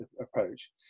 approach